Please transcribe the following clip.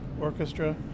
Orchestra